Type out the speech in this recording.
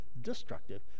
destructive